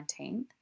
19th